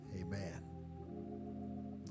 Amen